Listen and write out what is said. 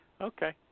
okay